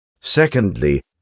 Secondly